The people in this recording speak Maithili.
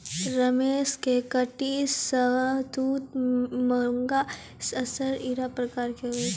रेशम के कीट शहतूत मूंगा तसर आरु इरा प्रकार के हुवै छै